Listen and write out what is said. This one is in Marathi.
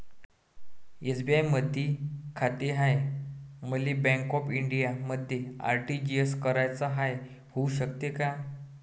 एस.बी.आय मधी खाते हाय, मले बँक ऑफ इंडियामध्ये आर.टी.जी.एस कराच हाय, होऊ शकते का?